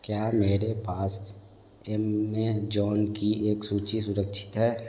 क्या मेरे पास एमेजोन की एक सूची सुरक्षित है